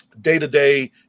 day-to-day